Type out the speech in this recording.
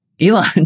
Elon